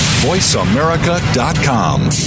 VoiceAmerica.com